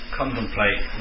contemplate